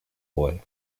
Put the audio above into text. boy